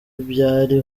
byari